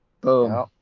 boom